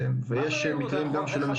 שיש מקרים שהם מקרים חריגים שנפלו בין